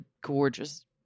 gorgeous